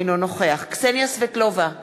אינו נוכח קסניה סבטלובה,